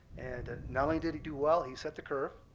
and not only did he do well, he set the curve